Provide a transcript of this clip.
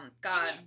God